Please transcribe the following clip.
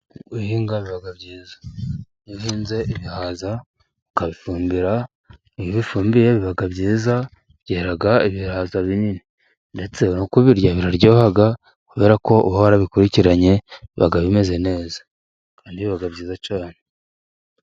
Guhinga biba byiza. Iyo uhinze ibihaza ukabifumbira, iyo ubifumbiye biba byiza, byera ibihaza binini. Ndetse no kubirya biraryoha, kubera ko uba warabikurikiranye, biba bimeze neza kandi biba byiza cyane.